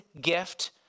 gift